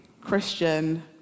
Christian